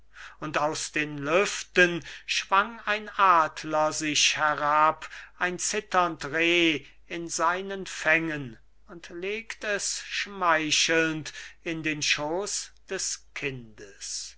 und aus den lüften schwang ein adler sich herab ein zitternd reh in seinen fängen und legt es schmeichelnd in den schooß des kindes